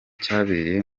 cyabereye